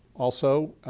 also,